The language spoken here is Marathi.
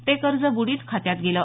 ते कर्ज बुडीत खात्यात गेलं